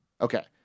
Okay